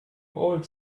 old